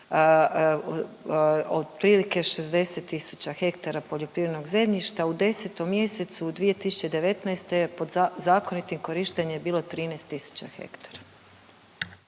Otprilike 60 tisuća hektara poljoprivrednog zemljišta u 10. mjesecu 2019. je pod zakonitim korištenjem bilo 13 tisuća hektara.